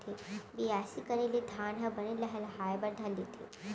बियासी करे ले धान ह बने लहलहाये बर धर लेथे